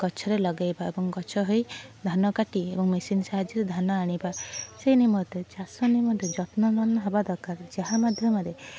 ଗଛରେ ଲଗାଇବା ଏବଂ ଗଛ ହୋଇ ଧାନ କାଟି ଏବଂ ମେସିନ୍ ସାହାଯ୍ୟରେ ଧାନ ଆଣିବା ସେହି ନିମନ୍ତେ ଚାଷ ନିମନ୍ତେ ଯତ୍ନବାନ ହେବା ଦରକାର ଯାହା ମାଧ୍ୟମରେ